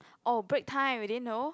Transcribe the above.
oh break time you didn't know